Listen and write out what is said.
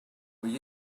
will